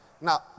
Now